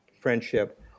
friendship